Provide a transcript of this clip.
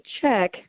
check